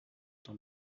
dans